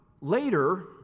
later